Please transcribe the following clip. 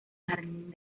jardín